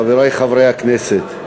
חברי חברי הכנסת,